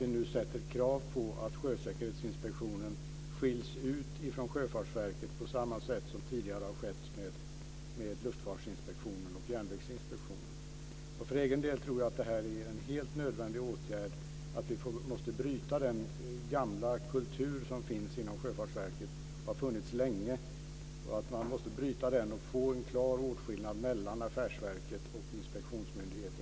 Vi ställer nu krav på att Sjösäkerhetsinspektionen skiljs ut från Sjöfartsverket på samma sätt som tidigare har skett med Luftfartsinspektionen och Järnvägsinspektionen. För egen del tror jag att det här är en helt nödvändig åtgärd. Vi måste bryta den gamla kultur som finns och som har funnits länge inom Sjöfartsverket och få en klar åtskillnad mellan affärsverket och inspektionsmyndigheten.